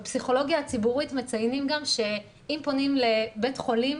בפסיכולוגיה הציבורית מציינים גם שאם פונים לבית חולים